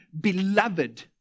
beloved